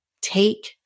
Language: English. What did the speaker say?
Take